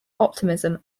optimism